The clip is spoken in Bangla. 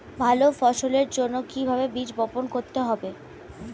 ভালো ফসলের জন্য কিভাবে বীজ বপন করতে হবে?